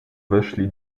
weszli